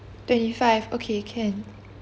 twenty five okay can